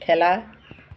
খেলা